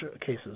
cases